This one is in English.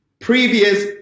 previous